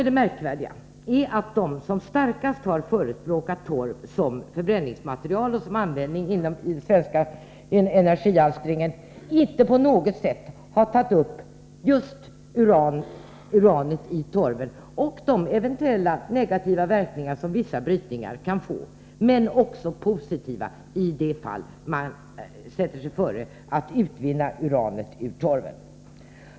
Det märkvärdiga är att de som ihärdigast har förespråkat torv som förbränningsmaterial och för användning inom den svenska energialstringen inte på något sätt har tagit upp just frågan om uranhalten i torven eller berört de eventuella negativa verkningar som vissa brytningar kan ha. Men verkningarna kan också vara positiva, nämligen i de fall då man sätter sig före att utvinna uran ur torven.